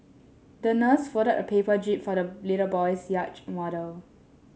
the nurse folded a paper jib for the little boy's yacht model